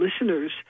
listeners